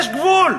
יש גבול.